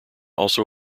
also